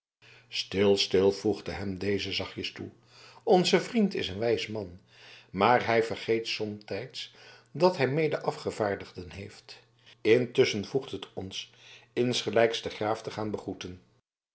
stil stil voegde hem deze zachtjes toe onze vriend is een wijs man maar hij vergeet somtijds dat hij mede afgevaardigden heeft intusschen voegt het ons insgelijks den graaf te gaan begroeten